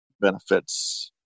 benefits